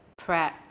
prepped